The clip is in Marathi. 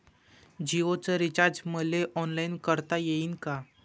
जीओच रिचार्ज मले ऑनलाईन करता येईन का?